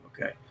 Okay